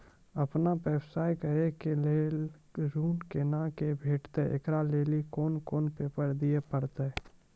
आपन व्यवसाय करै के लेल ऋण कुना के भेंटते एकरा लेल कौन कौन पेपर दिए परतै?